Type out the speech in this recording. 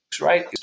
right